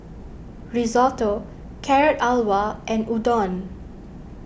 Risotto Carrot Halwa and Udon